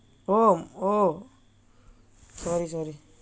oh oh sorry sorry